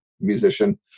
musician